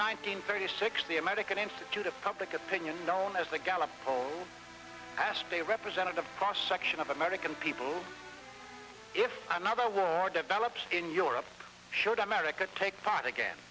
nineteenth thirty six the american institute of public opinion known as the gallup poll asked a representative for section of american people if another war develops in europe should america take part again